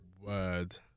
Word